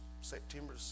September